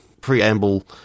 preamble